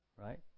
Right